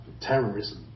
terrorism